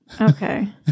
okay